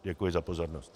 Děkuji za pozornost.